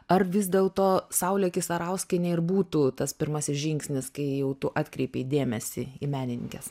ar vis dėlto saulė kisarauskienė ir būtų tas pirmasis žingsnis kai jau tu atkreipei dėmesį į menininkes